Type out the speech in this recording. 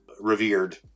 revered